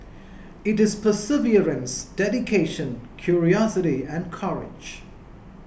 it is perseverance dedication curiosity and courage